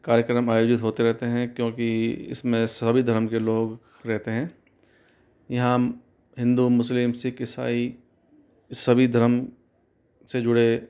कार्यक्रम आयोजित होते रहते हैं क्योंकि इसमें सभी धर्म के लोग रहते हैं यहाँ हिन्दू मुस्लिम सिख इसाई सभी धर्म से जुड़े